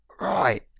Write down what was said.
Right